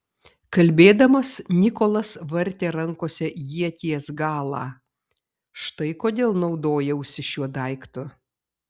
kalbėdamas nikolas vartė rankose ieties galą štai kodėl naudojausi šiuo daiktu